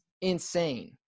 insane